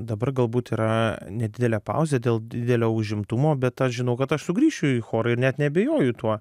dabar galbūt yra nedidelė pauzė dėl didelio užimtumo bet aš žinau kad aš sugrįšiu į chorą ir net neabejoju tuo